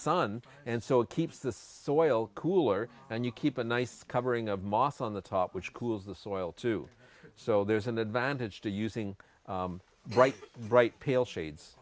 sun and so it keeps the soil cooler and you keep a nice covering of mosse on the top which cools the soil too so there's an advantage to using bright bright pale shades